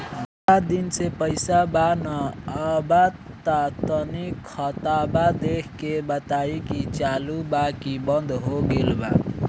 बारा दिन से पैसा बा न आबा ता तनी ख्ताबा देख के बताई की चालु बा की बंद हों गेल बा?